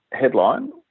headline